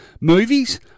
Movies